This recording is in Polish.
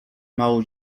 małą